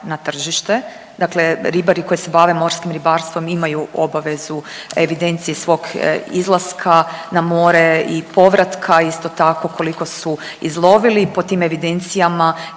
na tržište, dakle ribari koji se bave morskim ribarstvom imaju obavezu evidencije svog izlaska na more i povratka, isto tako koliko su izlovili i po tim evidencijama